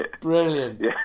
brilliant